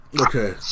Okay